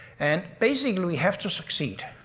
and basically we have to succeed.